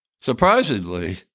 Surprisingly